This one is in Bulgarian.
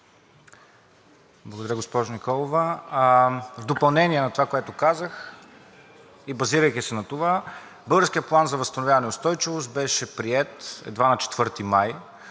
Благодаря Ви, госпожо Николова. В допълнение на това, което казах, и базирайки се на това, Българският план за възстановяване и устойчивост беше приет едва на 4 май